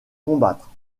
combattre